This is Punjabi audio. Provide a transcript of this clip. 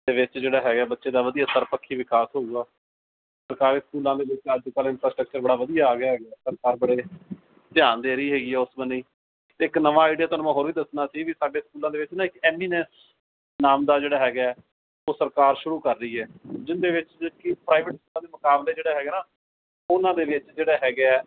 ਦੇ ਵਿੱਚ ਜਿਹੜਾ ਹੈਗਾ ਬੱਚੇ ਦਾ ਵਧੀਆ ਸਰਵਪੱਖੀ ਵਿਕਾਸ ਹੋਵੇਗਾ ਸਰਕਾਰੀ ਸਕੂਲਾਂ ਦੇ ਵਿੱਚ ਅੱਜ ਕੱਲ੍ਹ ਇੰਨਫਰਾਸਟੱਕਚਰ ਬੜਾ ਵਧੀਆ ਆ ਗਿਆ ਸਰਕਾਰ ਬੜੇ ਧਿਆਨ ਦੇ ਰਹੀ ਹੈਗੀ ਆ ਉਸ ਬੰਨੇ ਅਤੇ ਇੱਕ ਨਵਾਂ ਆਈਡੀਆ ਤੁਹਾਨੂੰ ਮੈਂ ਹੋਰ ਵੀ ਦੱਸਣਾ ਸੀ ਵੀ ਸਾਡੇ ਸਕੂਲਾਂ ਦੇ ਵਿੱਚ ਨਾ ਇੱਕ ਐਨੀਨੈਸ ਨਾਮ ਦਾ ਜਿਹੜਾ ਹੈਗਾ ਉਹ ਸਰਕਾਰ ਸ਼ੁਰੂ ਕਰ ਰਹੀ ਹੈ ਜਿਹਦੇ ਵਿੱਚ ਕਿ ਪ੍ਰਾਈਵੇਟ ਸਕੂਲਾਂ ਦੇ ਮੁਕਾਬਲੇ ਜਿਹੜਾ ਹੈਗਾ ਨਾ ਉਹਨਾਂ ਦੇ ਵਿੱਚ ਜਿਹੜਾ ਹੈਗਾ ਆ